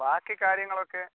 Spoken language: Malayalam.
ബാക്കി കാര്യങ്ങളൊക്കെ